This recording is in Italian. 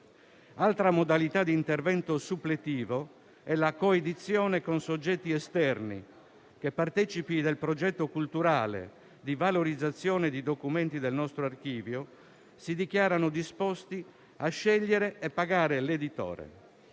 Altra modalità di intervento suppletivo è la coedizione con soggetti esterni, che, partecipi del progetto culturale di valorizzazione di documenti del nostro Archivio, si dichiarano disposti a scegliere e pagare l'editore.